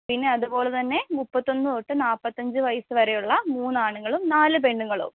പിന്നെ അതുപോലെത്തന്നെ മുപ്പത്തൊന്നു തൊട്ട് നാൽപ്പത്തഞ്ചു വയസ്സു വരെയുള്ള മൂന്ന് ആണുങ്ങളും നാല് പെണ്ണുങ്ങളും